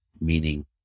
meaning